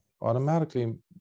automatically